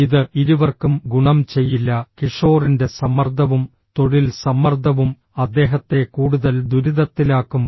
ഇത് ഇരുവർക്കും ഗുണം ചെയ്യില്ല കിഷോറിന്റെ സമ്മർദ്ദവും തൊഴിൽ സമ്മർദ്ദവും അദ്ദേഹത്തെ കൂടുതൽ ദുരിതത്തിലാക്കും